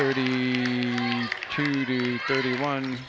thirty two d thirty one